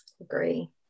Agree